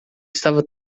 estava